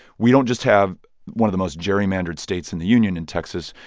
we don't just have one of the most gerrymandered states in the union in texas.